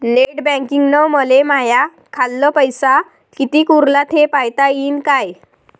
Net बँकिंगनं मले माह्या खाल्ल पैसा कितीक उरला थे पायता यीन काय?